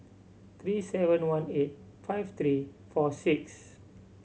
three seven one eight five three four six